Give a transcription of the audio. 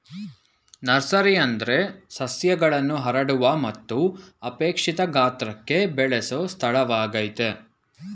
nursery ಅಂದ್ರೆ ಸಸ್ಯಗಳನ್ನು ಹರಡುವ ಮತ್ತು ಅಪೇಕ್ಷಿತ ಗಾತ್ರಕ್ಕೆ ಬೆಳೆಸೊ ಸ್ಥಳವಾಗಯ್ತೆ